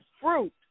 fruit